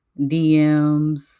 DMs